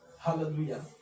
Hallelujah